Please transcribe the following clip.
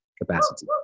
capacity